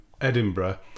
Edinburgh